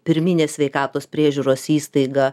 pirminės sveikatos priežiūros įstaigą